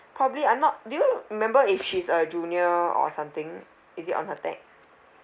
probably I'm not do you remember if she's a junior or something is it on her tag